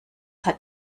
hat